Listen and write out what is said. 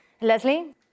Leslie